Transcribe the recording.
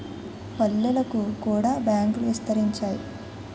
పల్లెలకు కూడా బ్యాంకులు విస్తరించాయి